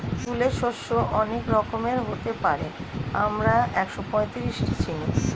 তুলে শস্য অনেক রকমের হতে পারে, আমরা একশোপঁয়ত্রিশটি চিনি